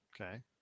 Okay